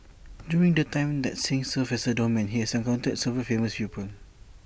during the time that Singh served as A doorman he has encountered several famous people